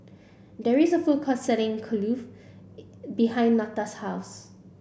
there is a food court selling Kulfi behind Netta's house